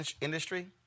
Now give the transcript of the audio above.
industry